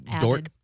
dork